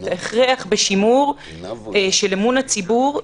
את ההכרח בשימור של אמון הציבור,